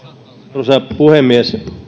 arvoisa puhemies